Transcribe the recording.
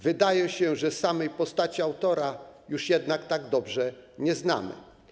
Wydaje się, że samej postaci autora już jednak tak dobrze nie znamy.